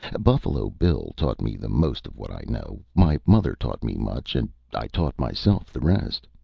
buffalo bill taught me the most of what i know, my mother taught me much, and i taught myself the rest.